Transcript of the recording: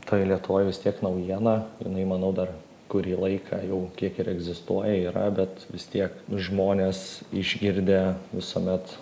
toj lietuvoj vis tiek naujiena jinai manau dar kurį laiką jau kiek ir egzistuoja yra bet vis tiek žmonės išgirdę visuomet